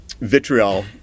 vitriol